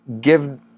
give